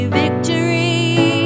victory